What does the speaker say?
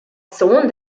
sohn